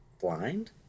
Blind